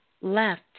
left